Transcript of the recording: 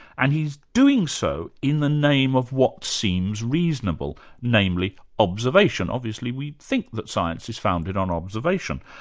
and he's doing so in the name of what seems reasonable, namely, observation obviously we think that science is founded on observation.